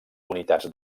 unitats